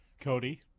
Cody